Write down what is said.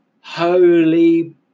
holy